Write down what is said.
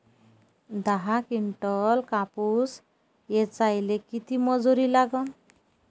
दहा किंटल कापूस ऐचायले किती मजूरी लागन?